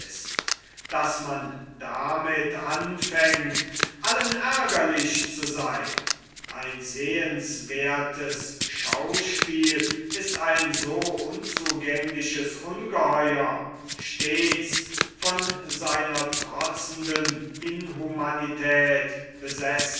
daß man damit anfängt allen ärgerlich zu seyn ein sehenswerthes schauspiel ist ein so unzugängliches ungeheuer stets von seiner trotzenden inhumanität besessen